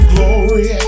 Glory